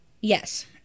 Yes